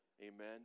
Amen